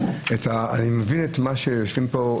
אני מבין את מה שהיושבים פה,